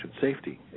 safety